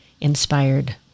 inspired